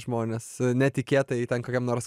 žmonės netikėtai ten kokiam nors